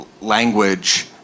language